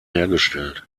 hergestellt